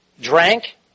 drank